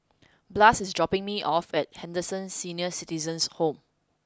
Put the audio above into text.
Blas is dropping me off at Henderson Senior Citizens' Home